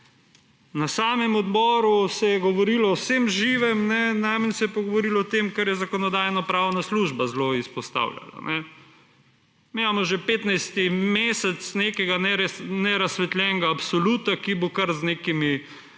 Na samem odboru se je govorilo o vsem živem, najmanj se je pa govorilo tem, kar je Zakonodajno-pravna služba zelo izpostavljala. Mi imamo že 15. mesec nekega nerazsvetljenega absoluta, ki bo kar z nekimi